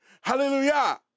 Hallelujah